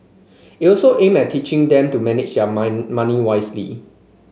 it also aimed at teaching them to manage their mind money wisely